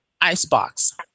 Icebox